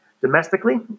Domestically